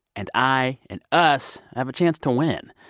and i and us have a chance to win.